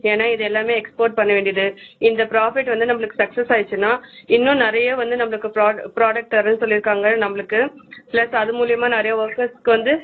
ஏன்னா இது எல்லாமே எக்ஸ்போர்ட் பண்ணவேண்டியது இந்த ப்ராஃபிட் வந்து நம்மளுக்கு சக்ஸஸ் ஆயிடுச்சின்னால் இன்னும் நிறைய வந்து நம்மளுக்கு ப்ரா ப்ராடக்ட் தரேன்னு சொல்லியிருக்காங்க நம்மளுக்கு ப்ளஸ் அது மூலயமா நிறையா ஒர்க்கர்ஸுக்கு வந்து